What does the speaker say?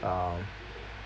um